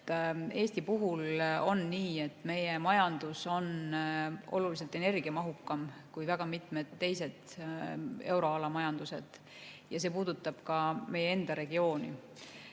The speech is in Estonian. Eesti puhul on nii, et meie majandus on oluliselt energiamahukam kui väga mitmed teised euroala majandused ja see puudutab ka meie enda regiooni.